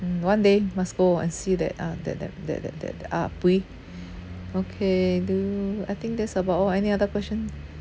mm one day must go and see that uh that that that that that uh ah bui okay do you I think that's about all any other question